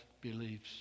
beliefs